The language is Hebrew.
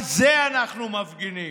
על זה אנחנו מפגינים.